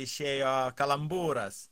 išėjo kalambūras